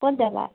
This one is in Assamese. ক'ত যাবা